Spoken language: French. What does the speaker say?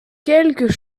quelques